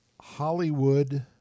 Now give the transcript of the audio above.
Hollywood